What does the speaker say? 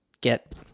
get